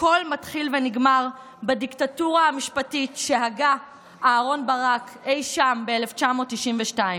הכול מתחיל ונגמר בדיקטטורה המשפטית שהגה אהרן ברק אי שם ב-1992.